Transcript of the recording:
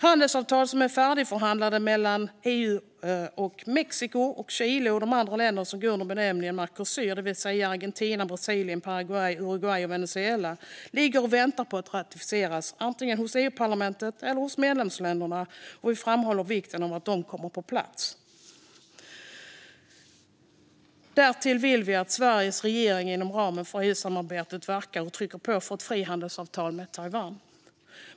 Handelsavtalen som är färdigförhandlade mellan EU och Mexiko, Chile och de länder som går under benämningen Mercosur, det vill säga Argentina, Brasilien, Paraguay, Uruguay och Venezuela, ligger och väntar på att ratificeras antingen hos EU-parlamentet eller hos medlemsländerna. Vi framhåller vikten av att de kommer på plats. Därtill vill vi att Sveriges regering inom ramen för EU-samarbetet verkar och trycker på för ett frihandelsavtal med Taiwan.